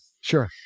Sure